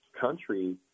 country